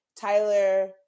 Tyler